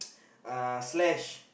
uh Slash